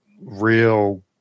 real